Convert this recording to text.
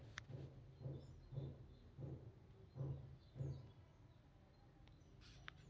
ಬರಗಾಲ ಬಿದ್ದಾಗ ಸಣ್ಣ ರೈತರಮೇಲೆ ತುಂಬಾ ಪರಿಣಾಮ ಅಕೈತಿ ಅವ್ರಿಗೆ ತಿನ್ನಾಕ ಕಾಳಸತೆಕ ಇರುದಿಲ್ಲಾ